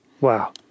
Wow